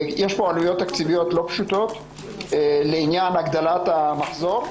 יש פה עלויות תקציביות לא פשוטות לעניין הגדלת המחזור,